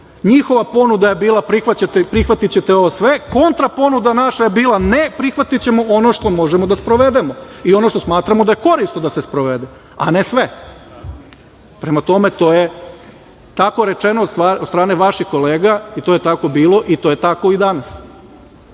Njihova ponuda je bila – prihvatićete ovo sve, kontra ponuda naša je bila – ne, prihvatićemo ono što možemo da sprovedemo i ono što smatramo da je korisno da se sprovede, a ne sve. Prema tome, to je tako rečeno od strane vaših kolega i to je tako bilo i to je tako i danas.